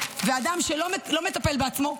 ואדם שלא מטפל בעצמו,